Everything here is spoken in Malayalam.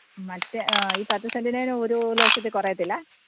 മറ്റ് ഈ പത്ത് സെന്റിനേന് ഒരു ലക്ഷത്തില് കുറയത്തില്ല